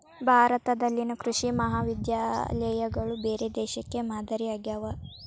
ಭಾರತದಲ್ಲಿನ ಕೃಷಿ ಮಹಾವಿದ್ಯಾಲಯಗಳು ಬೇರೆ ದೇಶಕ್ಕೆ ಮಾದರಿ ಆಗ್ಯಾವ